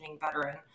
veteran